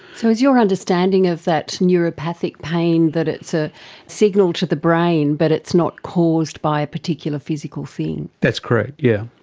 so is your understanding of that neuropathic pain, that it's a signal to the brain but it's not caused by a particular physical thing? that's correct, yeah